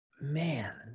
man